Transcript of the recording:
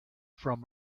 from